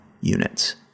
units